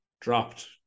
dropped